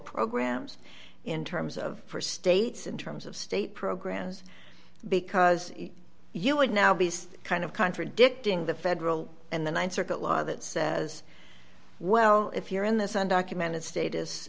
programs in terms of for states in terms of state programs because you would now be kind of contradicting the federal and the th circuit law that says well if you're in this undocumented stat